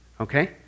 Okay